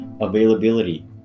availability